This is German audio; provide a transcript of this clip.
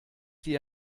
die